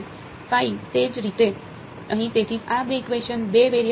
તેથી આ 2 equation 2 variable છે